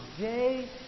day